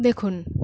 দেখুন